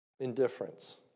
indifference